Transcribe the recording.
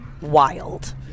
wild